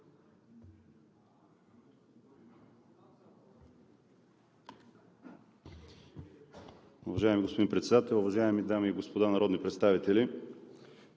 Уважаеми господин Председател, уважаеми дами и господа народни представители!